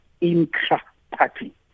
intra-party